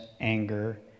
anger